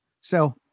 So-